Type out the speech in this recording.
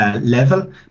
level